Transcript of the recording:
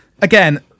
again